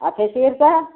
और फेसियल का